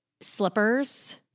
slippers